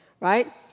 right